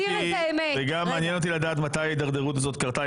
גם מעניין אותי לדעת מתי ההידרדרות הזאת קרתה,